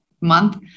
month